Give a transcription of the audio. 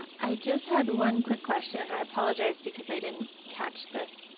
i just had one quick question and i apologize because i didn't catch this